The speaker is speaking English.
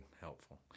helpful